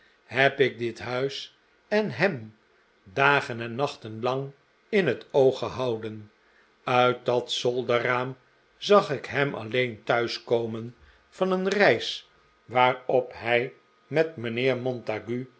heb ik dit huis en hem dagen en nachten lang in het oog gehouden uit dat zolderraam zag ik hem alleen thuis komen van een reis waarop hij met mijnheer montague